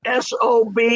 SOB